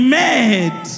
made